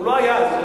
הוא לא היה אז.